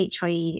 HIE